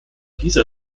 dieser